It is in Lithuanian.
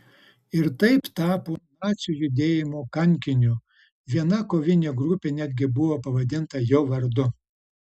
ir taip tapo nacių judėjimo kankiniu viena kovinė grupė netgi buvo pavadinta jo vardu